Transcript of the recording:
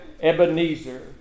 Ebenezer